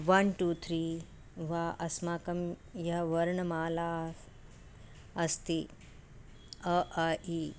one two three वा अस्माकं यः वर्णमाला अस्ति अ आ इ